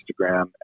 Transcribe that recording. Instagram